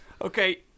Okay